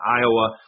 Iowa